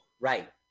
Right